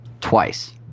Twice